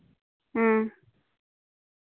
ᱦᱮᱸ